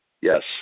Yes